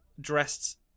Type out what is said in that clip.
dressed